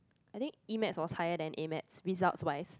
I think e-maths was higher than a-maths results wise